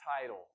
title